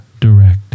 direct